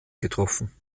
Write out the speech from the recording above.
getroffen